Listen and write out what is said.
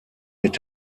mit